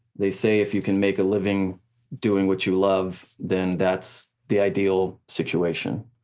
they say if you can make a living doing what you love, then that's the ideal situation.